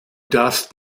darfst